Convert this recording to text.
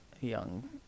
young